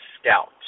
scout